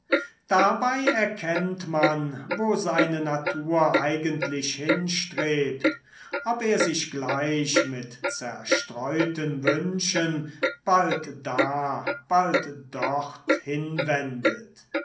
dabei erkennt man wo seine natur eigentlich hinstrebt ob er sich gleich mit zerstreuten wünschen bald da bald dorthin wendet